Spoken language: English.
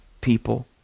people